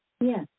Yes